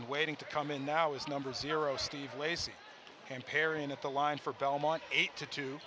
waiting to come in now is number zero steve lacy and perrin at the line for belmont eight to two